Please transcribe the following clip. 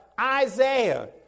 Isaiah